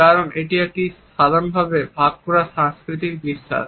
কারণ এটি একটি সাধারণভাবে ভাগ করা সাংস্কৃতিক বিশ্বাস